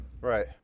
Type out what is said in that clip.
right